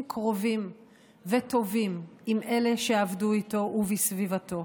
קרובים וטובים עם אלה שעבדו איתו ובסביבתו.